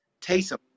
Taysom